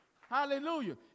Hallelujah